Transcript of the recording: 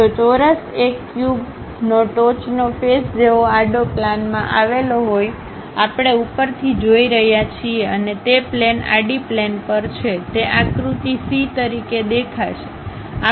જો ચોરસ એક ક્યુબનો ટોચનો ફેસ જેવો આડો પ્લેન માં આવેલો હોય આપણે ઉપરથી જોઈ રહ્યા છીએ અને તે પ્લેન આડી પ્લેન પર છે તે આકૃતિ સી તરીકે દેખાશે